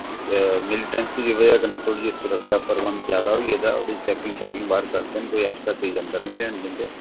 militancy दी ब'जा कन्नै थोह्ड़ी जेही सुरक्षा प्रबंध जैदा होई गेदा ऐ ओह्दी चैकिंग शैकिंग बाह्र करदे न कोई ऐक्स्ट्रा चीज अंदर नेईं लेन दिंदे